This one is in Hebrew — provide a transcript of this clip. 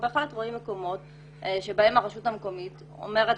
בהחלט רואים מקומות בהם הרשות המקומית אומרת